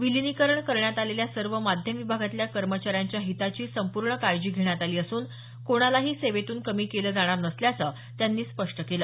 विलिनीकरण करण्यात आलेल्या सर्व माध्यम विभागातल्या कर्मचाऱ्यांच्या हिताची संपूर्ण काळजी घेण्यात आली असून कोणालाही सेवेतून कमी केलं जाणार नसल्याचं त्यांनी स्पष्ट केलं